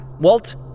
Walt